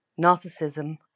narcissism